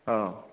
औ